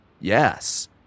yes